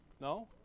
No